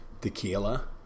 tequila